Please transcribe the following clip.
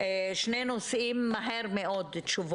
תשובות לגבי שני נושאים מהר מאוד.